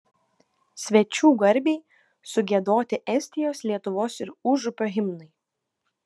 svečių garbei sugiedoti estijos lietuvos ir užupio himnai